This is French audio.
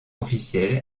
officielle